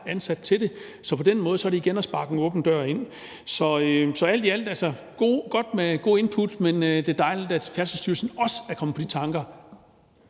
ansat til det, så på den måde er det igen at sparke en åben dør ind. Så alt i alt er det godt med gode input, men det er dejligt, at Færdselsstyrelsen også er kommet på de tanker.